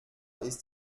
ist